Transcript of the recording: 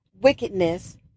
wickedness